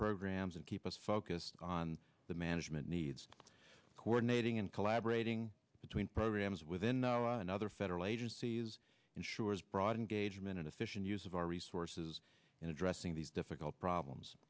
programs and keep us focused on the management needs coordinating and collaborating between programs within the us and other federal agencies ensures broad engagement and efficient use of our resources in addressing these difficult problems